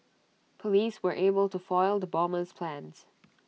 Police were able to foil the bomber's plans